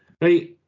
Right